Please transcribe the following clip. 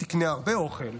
תקנה הרבה אוכל,